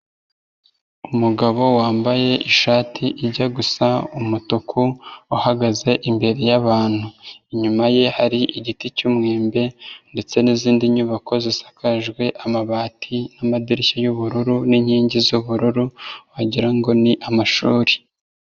Umugabo wambaye ishati ijya gusa umutuku uhagaze imbere y'abantu, inyuma ye hari igiti cy'umwembe ndetse n'izindi nyubako zisakajwe amabati n'amadirishya y'ubururu n'inkingi z'bururu wagira ngo ni amashuri.